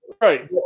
Right